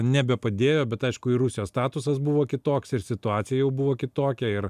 nebepadėjo bet aišku ir rusijos statusas buvo kitoks ir situacija jau buvo kitokia ir